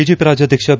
BJP ರಾಜ್ಯಾಧ್ಯಕ್ಷ B